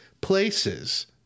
places